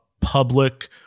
public